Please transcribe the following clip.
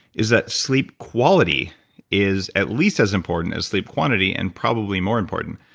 is that sleep quality is at least as important as sleep quantity, and probably more important.